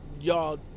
y'all